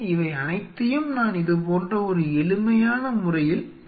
இவையனைத்தையும் நான் இது போன்ற ஒரு எளிமையான முறையில் காண்பிக்கிறேன்